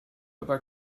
aber